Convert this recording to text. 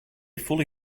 fully